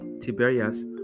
Tiberias